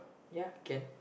ya can